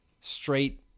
straight